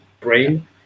brain